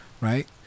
Right